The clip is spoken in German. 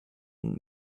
und